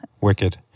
Wicked